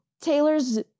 Taylor's